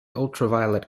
ultraviolet